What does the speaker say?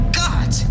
god